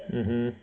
mmhmm